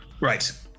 Right